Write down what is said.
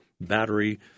battery